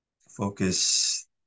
focus